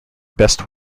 best